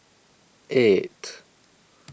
eight